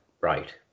right